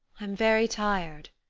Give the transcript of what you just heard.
i'm very tired,